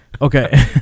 Okay